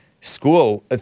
school